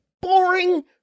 boring